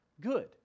good